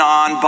on